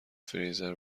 فریزر